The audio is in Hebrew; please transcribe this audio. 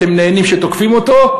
אתם נהנים שתוקפים אותו,